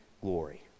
glory